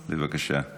בבקשה.